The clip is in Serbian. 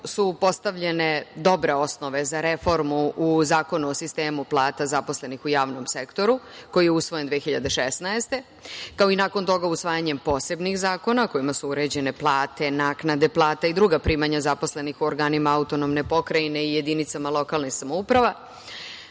su postavljene dobre osnove za reformu u Zakonu o sistemu plata zaposlenih u javnom sektoru koji je usvojen 2016. godine, kao i nakon toga, usvajanjem posebnih zakona kojima su uređene plate, naknade plata i druga primanja zaposlenih u organima autonomne pokrajine i jedinicama lokalnih samouprava,